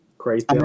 crazy